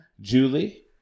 Julie